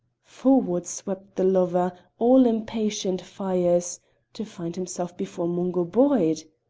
forward swept the lover, all impatient fires to find himself before mungo boyd!